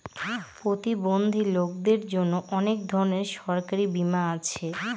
প্রতিবন্ধী লোকদের জন্য অনেক ধরনের সরকারি বীমা আছে